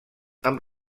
amb